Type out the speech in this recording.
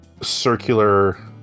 circular